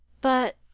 But